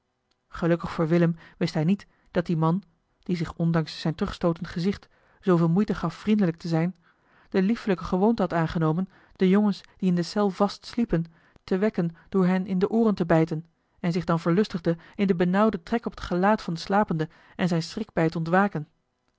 gelukkig voor willem wist hij niet dat die man die zich ondanks eli heimans willem roda zijn terugstootend gezicht zooveel moeite gaf vriendelijk te zijn de liefelijke gewoonte had aangenomen de jongens die in de cel vast sliepen te wekken door hen in de ooren te bijten en zich dan verlustigde in den benauwden trek op het gelaat van den slapende en zijn schrik bij het ontwaken